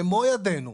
במו ידינו,